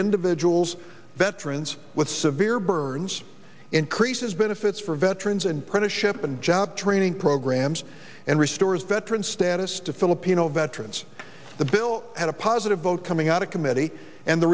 individuals veterans with severe burdens increases benefits for veterans and printed ship and job training programs and restores veteran status to filipino veterans the bill had a positive vote coming out of committee and the